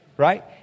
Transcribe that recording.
Right